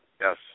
yes